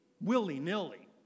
willy-nilly